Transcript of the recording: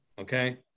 okay